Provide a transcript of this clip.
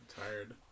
tired